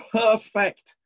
perfect